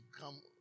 come